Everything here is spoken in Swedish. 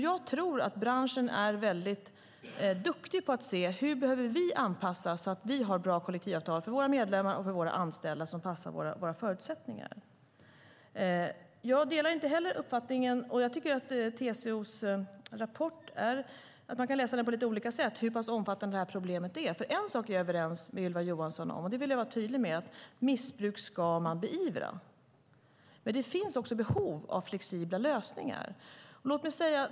Jag tror att branscherna är duktiga på att se hur de behöver anpassa sig för att få bra kollektivavtal för sina medlemmar och anställda, avtal som också passar branschernas förutsättningar. Man kan läsa TCO:s rapport på lite olika sätt, och jag delar inte uppfattningen beträffande hur pass omfattande det här problemet är. En sak som jag är överens med Ylva Johansson om är att missbruk ska beivras. Det vill jag vara tydlig med. Men det finns också behov av flexibla lösningar.